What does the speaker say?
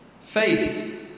Faith